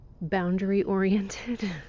boundary-oriented